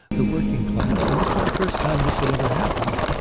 the working class, and this was the first time this had ever happened.